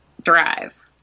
drive